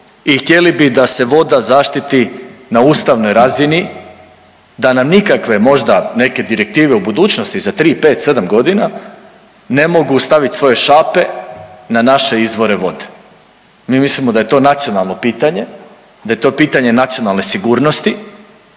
i htjeli bi da se voda zaštititi na ustavnoj razini, da nam nikakve možda neke direktive u budućnosti za 3, 5, 7 godina ne mogu stavit svoje šape na naše izvore vode. Mi mislimo da je to nacionalno pitanje, da je to pitanje nacionalne sigurnosti